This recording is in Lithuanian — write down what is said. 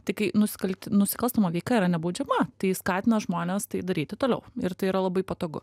tai kai nusikalti nusikalstama veika yra nebaudžiama tai skatina žmones tai daryti toliau ir tai yra labai patogu